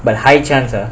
but high chance ah